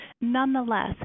Nonetheless